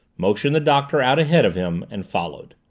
motioned the doctor out ahead of him, and followed.